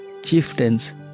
Chieftains